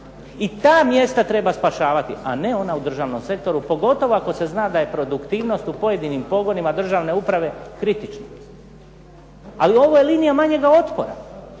i ta mjesta treba spašavati, a ne ona u državnom sektoru, pogotovo ako se zna da je produktivnost u pojedinim pogonima državne uprave kritična. Ali ovo je linija manjega otpora.